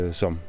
som